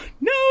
no